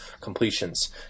completions